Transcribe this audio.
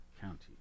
county